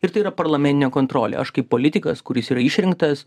ir tai yra parlameninė kontrolė aš kaip politikas kuris yra išrinktas